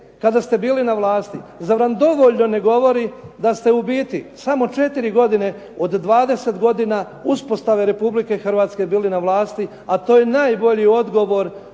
kada ste bili na vlasti. Zar vam dovoljno ne govori da ste u biti samo četiri godine od 20 godina uspostave Republike Hrvatske bili na vlasti a to je najbolji odgovor